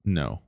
no